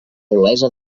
olesa